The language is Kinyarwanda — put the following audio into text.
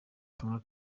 kanwa